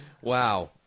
wow